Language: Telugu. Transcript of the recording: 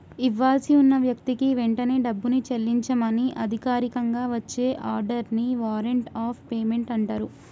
ఇవ్వాల్సి ఉన్న వ్యక్తికి వెంటనే డబ్బుని చెల్లించమని అధికారికంగా వచ్చే ఆర్డర్ ని వారెంట్ ఆఫ్ పేమెంట్ అంటరు